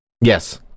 yes